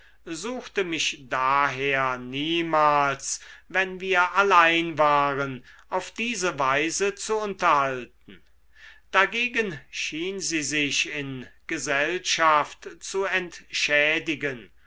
suchte mich daher niemals wenn wir allein waren auf diese weise zu unterhalten dagegen schien sie sich in gesellschaft zu entschädigen